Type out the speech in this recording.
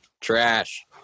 Trash